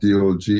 DOG